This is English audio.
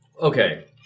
okay